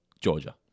Georgia